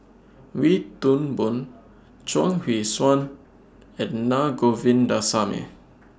Wee Toon Boon Chuang Hui Tsuan and Naa Govindasamy